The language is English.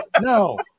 No